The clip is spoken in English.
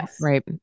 right